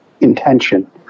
intention